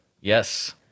Yes